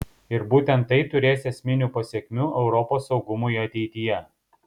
ir būtent tai turės esminių pasekmių europos saugumui ateityje